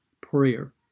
prayer